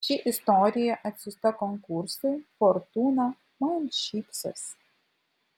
ši istorija atsiųsta konkursui fortūna man šypsosi